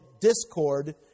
discord